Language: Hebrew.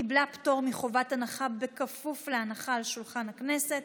בכפוף להנחה על שולחן הכנסת,